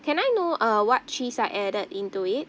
can I know uh what cheese are added into it